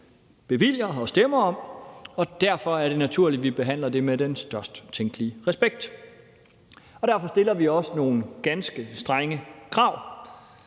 bevilger og stemmer om, og derfor er det naturligt, at vi behandler det med den størst tænkelige respekt. Derfor stiller vi også nogle ganske strenge krav.